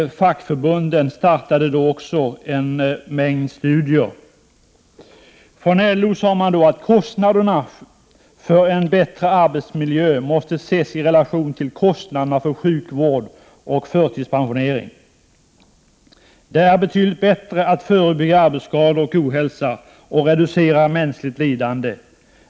Fackförbunden startade då en mängd studier. Från LO sades det att kostnaderna för en bättre arbetsmiljö måste ses i relation till kostnaderna för sjukvård och förtidspensionering. Det är betydligt bättre att förebygga arbetsskador och ohälsa och reducera mänskligt lidande.